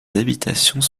habitations